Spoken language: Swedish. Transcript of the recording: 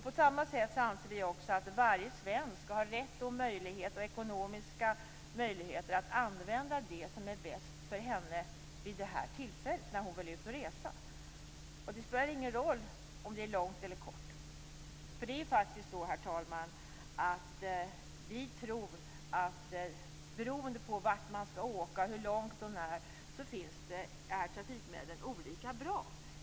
På samma sätt anser vi också att varje svensk skall ha rätt och möjlighet, även ekonomiska möjligheter, att använda det som är bäst för honom eller henne vid det tillfälle då han eller hon vill ut och resa - det spelar ingen roll om det är långt eller kort. Herr talman! Vi tror att beroende på vart man skall åka, hur långt och när så är trafikmedlen olika bra.